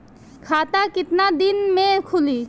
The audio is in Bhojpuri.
खाता कितना दिन में खुलि?